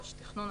תכנון,